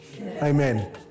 Amen